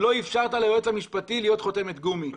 לא אפשרת ליועץ המשפטי להיות חותמת גומי.